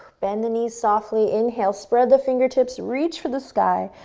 bend the knees softly, inhale, spread the fingertips, reach for the sky.